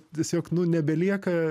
tiesiog nu nebelieka